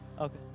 Okay